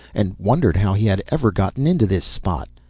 and wondered how he had ever gotten into this spot.